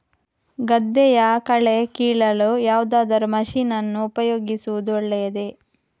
ಗದ್ದೆಯ ಕಳೆ ಕೀಳಲು ಯಾವುದಾದರೂ ಮಷೀನ್ ಅನ್ನು ಉಪಯೋಗಿಸುವುದು ಒಳ್ಳೆಯದೇ?